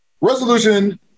Resolution